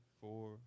four